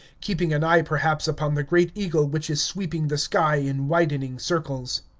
keeping an eye perhaps upon the great eagle which is sweeping the sky in widening circles.